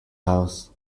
house